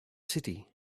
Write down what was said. city